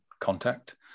contact